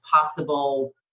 possible